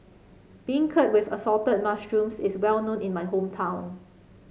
beancurd with Assorted Mushrooms is well known in my hometown